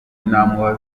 ariko